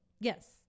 Yes